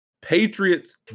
Patriots